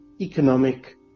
economic